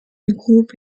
groupe